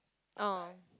oh